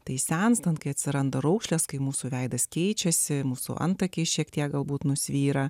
tai senstant kai atsiranda raukšlės kai mūsų veidas keičiasi mūsų antakiai šiek tiek galbūt nusvyra